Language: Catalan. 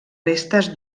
restes